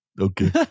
Okay